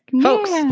Folks